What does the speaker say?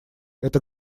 это